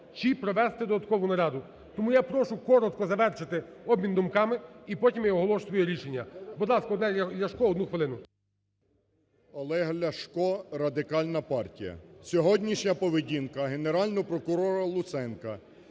чи провести додаткову нараду. Тому я прошу коротко завершити обмін думками і потім я оголошу своє рішення. Будь ласка, Олег Ляшко, одну хвилину. 13:06:41 ЛЯШКО О.В. Олег Ляшко, Радикальна партія. Сьогоднішня поведінка Генерального прокурора Луценка